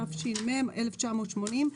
התש"ם 1980,